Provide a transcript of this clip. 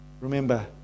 remember